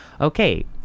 Okay